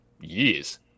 years